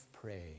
praise